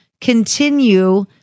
continue